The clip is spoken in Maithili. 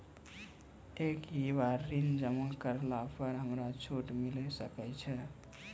एक ही बार ऋण जमा करला पर हमरा छूट मिले सकय छै?